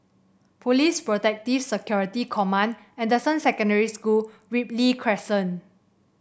Police Protective Security Command Anderson Secondary School Ripley Crescent